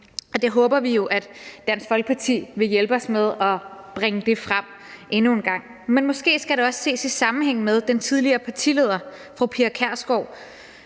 Vi håber, at Dansk Folkeparti vil hjælpe os med at bringe det frem endnu en gang. Men måske skal det også ses i sammenhæng med, at den tidligere partileder, fru Pia Kjærsgaard,